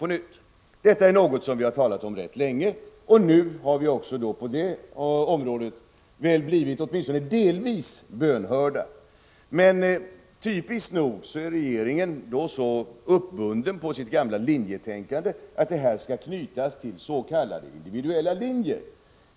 Vi har rätt länge diskuterat detta, och vi har väl på det området blivit åtminstone delvis bönhörda. Men typiskt nog är regeringen därvid så uppbunden av sitt gamla linjetänkande att denna examen skall knytas till s.k. individuella linjer.